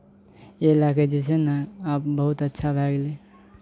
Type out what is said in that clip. इएह लए कऽ जे छै ने आब बहुत अच्छा भए गेलै